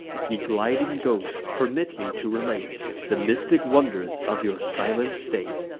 ye gliding ghosts, permit me to relate the mystic wonders of your silent state!